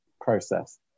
process